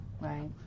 right